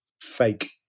fake